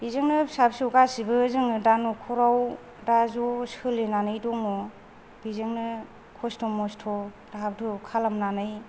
बेजोंनो फिसा फिसौ गासिबो जोङो दा न'खराव दा ज' सोलिनानै दङ बेजोंनो खसथ' मसथ' दाहाब दुहाब खालामनानै